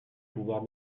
pouvoir